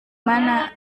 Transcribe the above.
mana